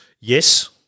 Yes